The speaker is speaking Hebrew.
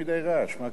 מה קורה שם?